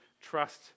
trust